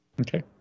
Okay